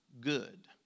good